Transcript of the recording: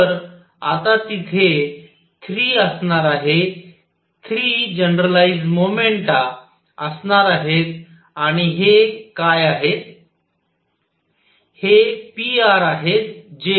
तर आता तिथे 3 असणार आहेत 3 जनरलाईज्ड मोमेंटा असणार आहेत आणि हे काय आहेत